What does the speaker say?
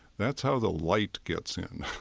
that's how the light gets in.